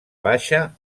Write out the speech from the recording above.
baixa